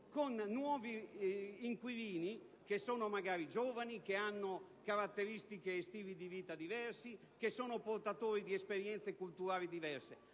con nuovi inquilini, che sono magari giovani, che hanno caratteristiche e stili di vita diversi, portatori di esperienze culturali diverse.